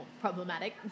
problematic